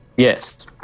Yes